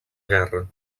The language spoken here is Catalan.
guerra